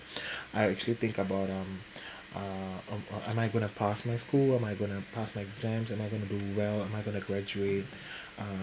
I actually think about um uh um am I going to pass my school am I going to pass my exams am I going to do well am I going to graduate uh